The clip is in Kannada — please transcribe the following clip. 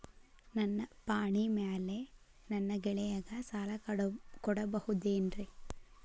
ನನ್ನ ಪಾಣಿಮ್ಯಾಲೆ ನನ್ನ ಗೆಳೆಯಗ ಸಾಲ ಕೊಡಬಹುದೇನ್ರೇ?